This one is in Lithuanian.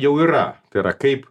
jau yra tai yra kaip